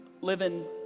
living